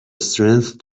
strength